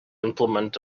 implement